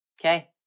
okay